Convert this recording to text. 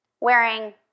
wearing